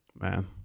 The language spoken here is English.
Man